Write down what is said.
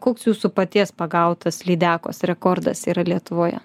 koks jūsų paties pagautas lydekos rekordas yra lietuvoje